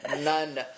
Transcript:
None